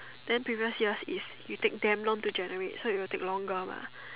then previous years is you take damn long to generate so it will take longer mah